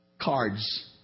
cards